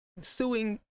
suing